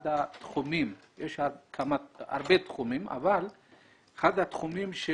יש הרבה תחומים, אבל אחד התחומים הוא